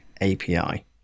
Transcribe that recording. API